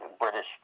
British